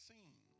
Seen